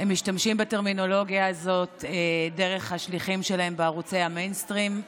משתמשים בטרמינולוגיה הזאת דרך השליחים שלהם בערוצי המיינסטרים,